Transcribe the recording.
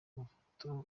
amafoto